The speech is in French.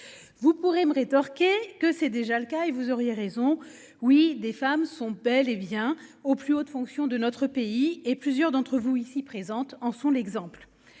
Vous pourrez me rétorquer que c'est déjà le cas et vous auriez raison. Oui des femmes sont bel et bien aux plus hautes fonctions de notre pays et plusieurs d'entre vous ici présentes en sont l'exemple.